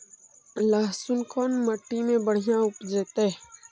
लहसुन कोन मट्टी मे बढ़िया उपजतै?